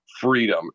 freedom